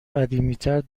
قدیمیتر